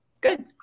good